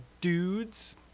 dudes